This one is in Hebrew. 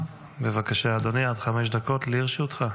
בבקשה, אדוני, עד חמש דקות לרשותך.